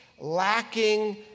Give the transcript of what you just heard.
lacking